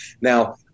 now